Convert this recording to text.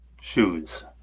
shoes